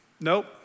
Nope